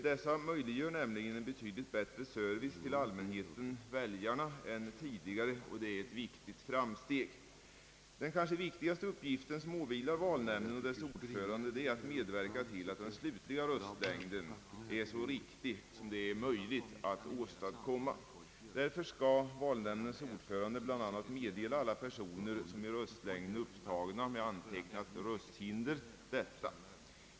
Dessa anvisningar möjliggör nämligen en betydligt bättre service till allmänheten-väljarna än tidigare, och det är ett viktigt framsteg. Den kanske viktigaste uppgiften som åvilar valnämnden och dess ordförande är att medverka till att den slutliga röstlängden blir så riktig som det är möjligt att åstadkomma. Därför skall valnämndens ordförande bl.a. meddela alla personer, som i röstlängden är upptagna med antecknat rösthinder, detta.